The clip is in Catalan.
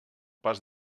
pas